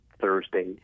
Thursday